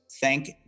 thank